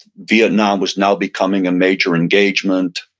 vietnam was now becoming a major engagement.